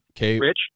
Rich